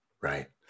right